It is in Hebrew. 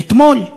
ואתמול,